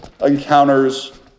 encounters